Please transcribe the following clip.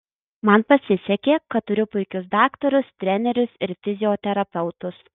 man pasisekė kad turiu puikius daktarus trenerius ir fizioterapeutus